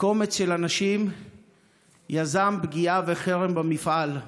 קומץ של אנשים יזם פגיעה במפעל וחרם.